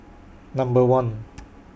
Number one